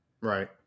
Right